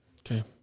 Okay